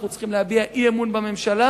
אנחנו צריכים להביע אי-אמון בממשלה,